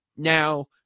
Now